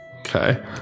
Okay